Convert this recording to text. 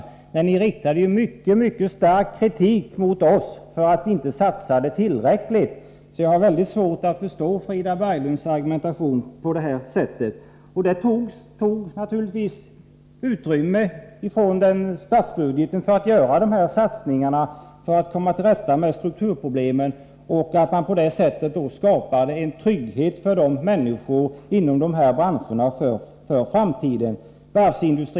Eftersom ni riktade mycket stark kritik mot oss för att vi inte satsade tillräckligt, har jag svårt att förstå Frida Berglunds argumentation nu i det här avseendet. Satsningarna för att komma till rätta med strukturproblemen och skapa framtida trygghet för människorna inom de berörda branscherna tog naturligtvis utrymme från statsbudgeten.